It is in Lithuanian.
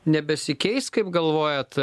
nebesikeis kaip galvojat